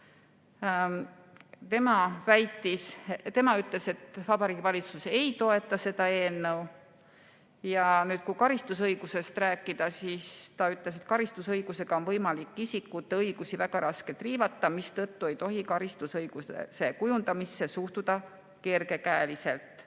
tema ütles, et Vabariigi Valitsus ei toeta seda eelnõu. Ja nüüd, kui karistusõigusest rääkida, siis ta ütles, et karistusõigusega on võimalik isikute õigusi väga raskelt riivata, mistõttu ei tohi karistusõiguse kujundamisse suhtuda kergekäeliselt.